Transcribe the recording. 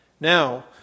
Now